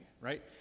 right